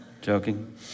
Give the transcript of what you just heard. Joking